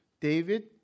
David